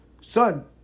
Son